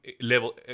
level